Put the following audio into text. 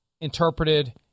interpreted